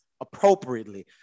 appropriately